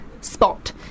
Spot